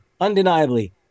undeniably